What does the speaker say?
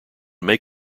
may